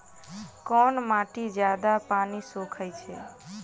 केँ माटि जियादा पानि सोखय छै?